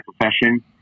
profession